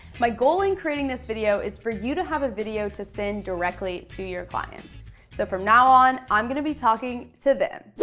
my goal in creating this video is for you to have a video to send directly to your clients. so from now on, i'm gonna be talking to them.